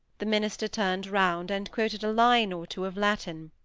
the minister turned round and quoted a line or two of latin.